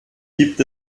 gibt